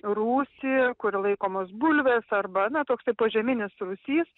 rūsį kur laikomos bulvės arba na toksai požeminis rūsys